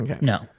No